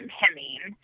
hemming